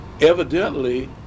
evidently